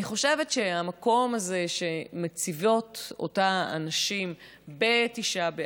אני חושבת שהמקום הזה שמציבות אותן נשים בתשעה באב,